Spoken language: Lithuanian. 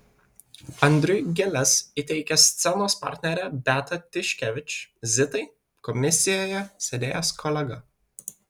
andriui gėles įteikė scenos partnerė beata tiškevič zitai komisijoje sėdėjęs kolega